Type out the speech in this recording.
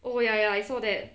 oh ya ya I saw that